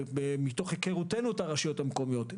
מתוך היכרותנו את הרשויות המקומיות,